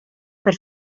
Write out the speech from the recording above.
per